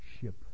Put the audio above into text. ship